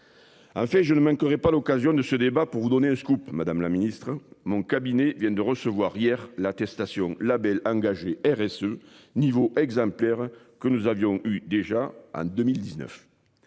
Fait je ne manquerai pas l'occasion de ce débat. Pour vous donner un scoop, madame la Ministre, mon cabinet viennent de recevoir hier l'attestation la engagé RSE ce niveau exemplaire que nous avions eu déjà à 2019.